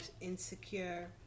insecure